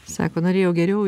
sako norėjau geriau